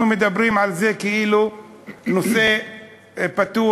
אנחנו מדברים על זה כאילו זה נושא פתוח,